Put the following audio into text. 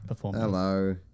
Hello